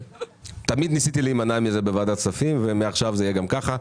תמיד ניסיתי להימנע מזה בוועדת הכספים ומעכשיו זה יהיה כך.